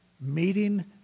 Meeting